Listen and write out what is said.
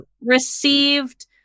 received